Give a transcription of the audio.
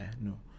No